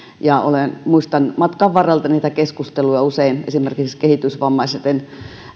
muistan matkan varrelta niitä usein käytyjä keskusteluja esimerkiksi kehitysvammaisten